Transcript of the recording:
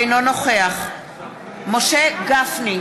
אינו נוכח משה גפני,